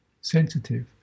sensitive